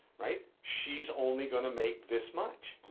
right, she's only gonna make this much.